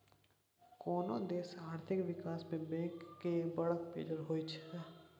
कोनो देशक आर्थिक बिकास मे बैंक केर बड़ मोजर होइ छै